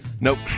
Nope